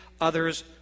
others